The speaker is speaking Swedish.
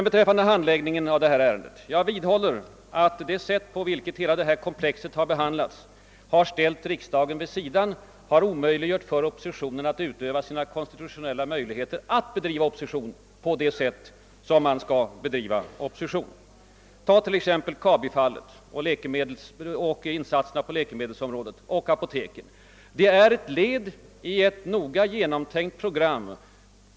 Beträffande handläggningen av dessa ärenden vidhåller jag att det sätt på vilket hela detta komplex behandlats har ställt riksdagen åt sidan och omöjliggjort för oppositionen att utöva sina konstitutionella möjligheter att bedriva opposition på det sätt den skall bedrivas. Ta t.ex. Kabifallet och insatserna på läkemedelsområdet samt apoteken. Det är ett led i ett noga genomtänkt program.